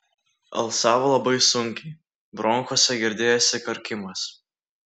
alsavo labai sunkiai bronchuose girdėjosi karkimas